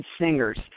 singers